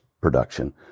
production